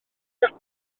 siapau